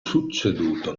succeduto